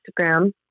Instagram